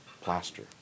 plaster